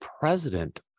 president